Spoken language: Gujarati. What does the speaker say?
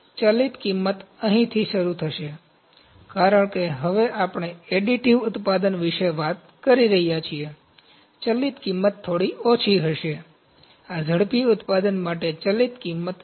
ચલિત કિમત અહીંથી શરૂ થશે કારણ કે હવે આપણે એડિટિવ ઉત્પાદન વિશે વાત કરી રહ્યા છીએ ચલિત કિમત થોડી ઓછી હશે આ ઝડપી ઉત્પાદન માટે ચલિત કિમત છે